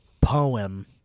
Poem